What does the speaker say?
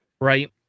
right